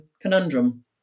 conundrum